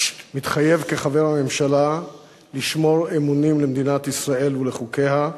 מתחייב כחבר הממשלה לשמור אמונים למדינת ישראל ולחוקיה,